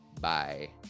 Bye